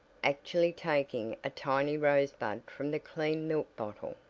actually taking a tiny rosebud from the clean milk bottle,